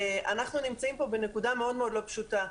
אנחנו נמצאים פה בנקודה מאוד מאוד לא פשוטה.